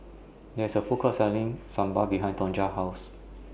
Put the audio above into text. There IS A Food Court Selling Sambar behind Tonja's House